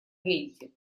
гаити